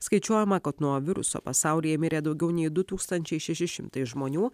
skaičiuojama kad nuo viruso pasaulyje mirė daugiau nei du tūkstančiai šeši šimtai žmonių